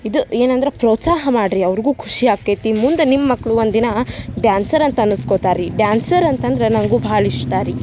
ಇದು ಏನಂದ್ರೆ ಪ್ರೋತ್ಸಾಹ ಮಾಡಿರಿ ಅವ್ರಿಗೂ ಖುಷಿ ಆಕ್ಕೈತಿ ಮುಂದೆ ನಿಮ್ಮ ಮಕ್ಕಳು ಒಂದು ದಿನ ಡ್ಯಾನ್ಸರ್ ಅಂತ ಅನಿಸ್ಕೊತಾರೆ ರಿ ಡ್ಯಾನ್ಸರ್ ಅಂತಂದ್ರೆ ನನಗೂ ಭಾಳ ಇಷ್ಟ ರೀ